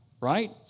right